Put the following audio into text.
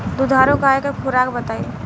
दुधारू गाय के खुराक बताई?